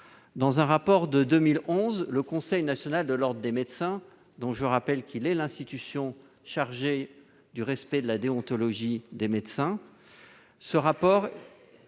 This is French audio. Dans un rapport de 2011, le Conseil national de l'ordre des médecins, dont je rappelle qu'il est l'institution chargée du respect de la déontologie des médecins,